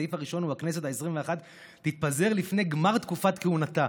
הסעיף הראשון הוא "הכנסת העשרים-ואחת תתפזר לפני גמר תקופת כהונתה".